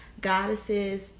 goddesses